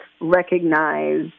recognize